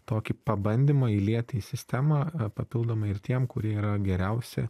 tokį pabandymą įliet į sistemą papildomai ir tiem kurie yra geriausi